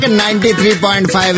93.5